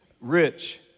rich